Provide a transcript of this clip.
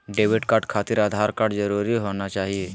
Debit card खातिर Aadhaar card जरूरी होना चाहिए?